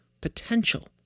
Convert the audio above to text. potential